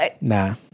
Nah